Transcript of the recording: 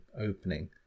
opening